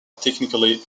technically